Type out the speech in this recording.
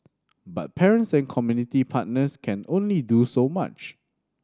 but parents and community partners can only do so much